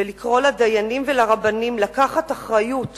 לקרוא לדיינים ולרבנים לקחת אחריות